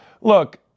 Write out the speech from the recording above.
Look